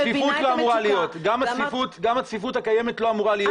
גם הצפיפות לא אמורה להיות.